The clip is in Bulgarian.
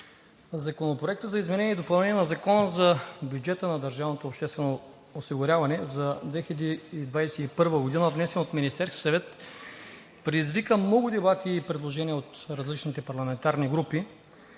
Законопроектът за изменение и допълнение на Закона за бюджета на държавното обществено осигуряване за 2021 г., внесен от Министерския съвет, предизвика много дебати и предложения от различните парламентарни групи,